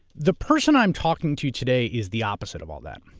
the person i'm talking to today is the opposite of all that.